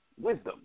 wisdom